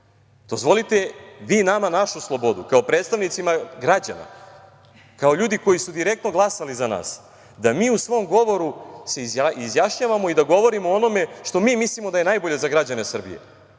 Dozvolite vi nama našu slobodu kao predstavnicima građana, kao ljudi koji su direktno glasali za nas, da mi u svom govoru se izjašnjavamo i govorimo o onome što mi mislimo da je najbolji za građane Srbije.